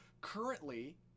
Currently